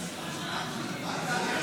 עברה.